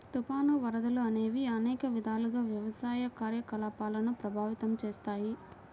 తుఫాను, వరదలు అనేవి అనేక విధాలుగా వ్యవసాయ కార్యకలాపాలను ప్రభావితం చేస్తాయి